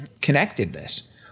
connectedness